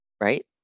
right